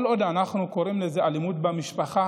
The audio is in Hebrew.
כל עוד אנחנו קוראים לזה "אלימות במשפחה"